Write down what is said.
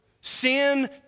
sin